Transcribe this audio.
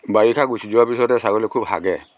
বাৰিষা গুচি যোৱাৰ পিছতে ছাগলী খুব হাগে